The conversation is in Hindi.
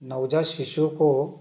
नवजात शिशु को